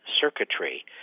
circuitry